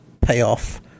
payoff